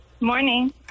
Morning